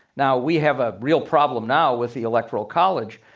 now, we have a real problem now with the electoral college.